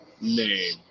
name